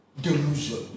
Delusion